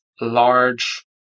large